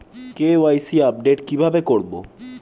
KYC update কি ভাবে করবো?